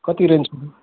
कति रेन्ज